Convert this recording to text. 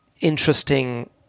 interesting